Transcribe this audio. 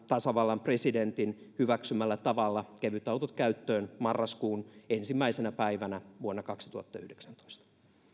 tasavallan presidentin hyväksymällä tavalla kevytautot käyttöön marraskuun ensimmäisenä päivänä vuonna kaksituhattayhdeksäntoista